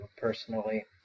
personally